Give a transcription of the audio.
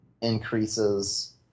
increases